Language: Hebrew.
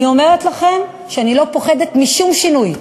אני אומרת לכם שאני לא פוחדת משום שינוי.